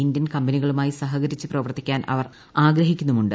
Indian കമ്പനികളുമായി സഹകരിച്ചു പ്രവർത്തിക്കാൻ അവർ ആഗ്രഹിക്കുന്നുണ്ട്